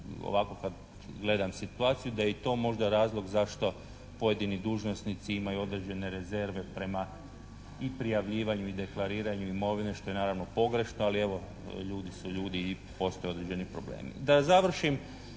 ovako kad gledam situaciju da je i to možda razlog zašto pojedini dužnosnici imaju određene rezerve prema i prijavljivanju i deklariranju imovine što je naravno pogrešno. Ali evo, ljudi su ljudi i postoje određeni problemi. Da završim,